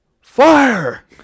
Fire